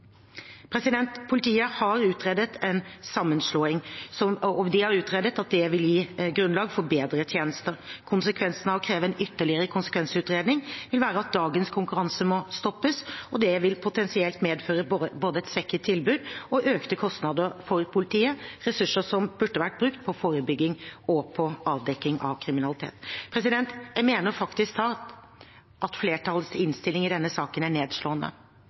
Politiet har utredet at en sammenslåing vil gi grunnlag for bedre tjenester. Konsekvensen av å kreve en ytterligere konsekvensutredning vil være at dagens konkurranse må stoppes, og det vil potensielt medføre både et svekket tilbud og økte kostnader for politiet – ressurser som burde vært brukt på forebygging og på avdekking av kriminalitet. Jeg mener faktisk talt at flertallets innstilling i denne saken er nedslående.